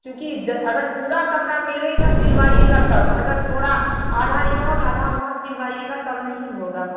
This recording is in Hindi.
क्योंकि ज अगर पूरा कपड़ा मेरे यहाँ सिलवाइएगा तब अगर थोड़ा आधा यहाँ और आधा वहाँ सिलवाएगा तब नहीं होगा